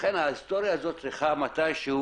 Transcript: לכן ההיסטוריה הזאת צריכה מתי שהוא